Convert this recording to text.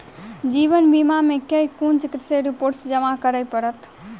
जीवन बीमा मे केँ कुन चिकित्सीय रिपोर्टस जमा करै पड़त?